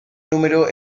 número